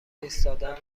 ایستادن